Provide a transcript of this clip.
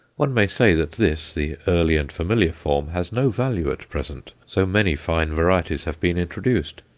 one may say that this, the early and familiar form, has no value at present, so many fine varieties have been introduced.